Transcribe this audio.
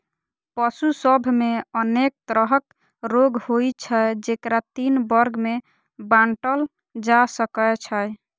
पशु सभ मे अनेक तरहक रोग होइ छै, जेकरा तीन वर्ग मे बांटल जा सकै छै